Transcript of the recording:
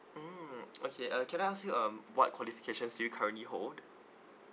mm okay uh can I ask you um what qualifications do you currently hold